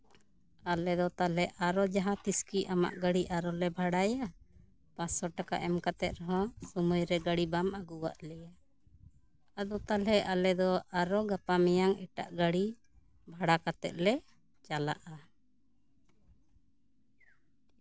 ᱟᱞᱮ ᱫᱚ ᱛᱟᱦᱚᱞᱮ ᱟᱨᱚ ᱡᱟᱦᱟᱸ ᱛᱤᱥ ᱟᱢᱟᱝ ᱜᱟᱹᱰᱤ ᱟᱨᱚᱞᱮ ᱵᱷᱟᱲᱟᱭᱟ ᱯᱟᱥᱥᱚ ᱴᱟᱠᱟ ᱮᱢ ᱠᱟᱛᱮᱜ ᱦᱚᱸ ᱥᱚᱢᱚᱭ ᱨᱮ ᱜᱟᱹᱰᱤ ᱵᱟᱢ ᱟᱜᱩ ᱟᱜ ᱞᱮᱭᱟ ᱟᱫᱚ ᱛᱟᱦᱚᱞᱮ ᱟᱨᱚ ᱜᱟᱯᱟ ᱢᱮᱭᱟᱝ ᱮᱴᱟᱜ ᱜᱟᱹᱰᱤ ᱵᱷᱟᱲᱟ ᱠᱟᱛᱮᱜ ᱞᱮ ᱪᱟᱞᱟᱜᱼᱟ